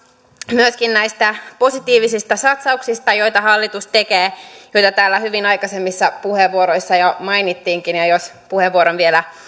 myöskin näistä positiivisista satsauksista joita hallitus tekee joita täällä hyvin aikaisemmissa puheenvuoroissa jo mainittiinkin ja jos puheenvuoron vielä